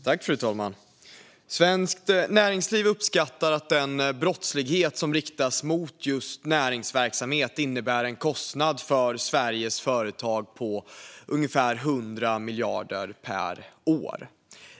Fru talman! Svenskt Näringsliv uppskattar att den brottslighet som riktas mot just näringsverksamhet innebär en kostnad för Sveriges företag på ungefär 100 miljarder per år.